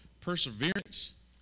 perseverance